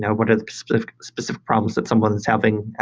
what are the specific specific problems that someone is having.